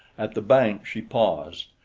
at the bank she paused,